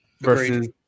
Versus